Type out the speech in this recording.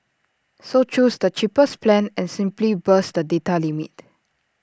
so choose the cheapest plan and simply bust the data limit